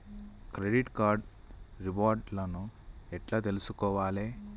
Credit card reward లను ఎట్ల తెలుసుకోవాలే?